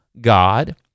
God